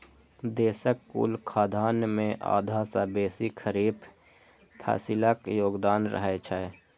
देशक कुल खाद्यान्न मे आधा सं बेसी खरीफ फसिलक योगदान रहै छै